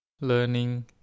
Learning